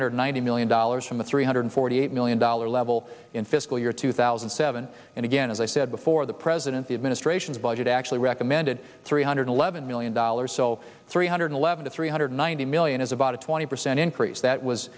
hundred ninety million dollars from a three hundred forty eight million dollars level in fiscal year two thousand and seven and again as i said before the president the administration's budget actually recommended three hundred eleven million dollars so three hundred eleven to three hundred ninety million is about a twenty percent increase that was